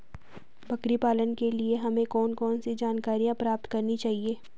बकरी पालन के लिए हमें कौन कौन सी जानकारियां प्राप्त करनी चाहिए?